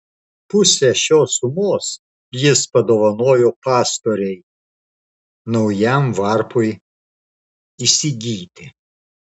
pusę šios sumos jis padovanojo pastoriui naujam varpui įsigyti